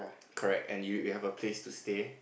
correct and you you have a place to stay